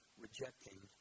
rejecting